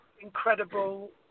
incredible